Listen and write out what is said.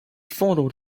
fondled